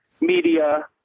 media